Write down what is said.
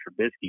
Trubisky